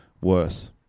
worse